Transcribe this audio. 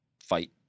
fight